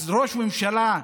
אז ראש הממשלה,